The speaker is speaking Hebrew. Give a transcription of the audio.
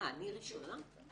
אני ראשונה?